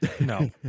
No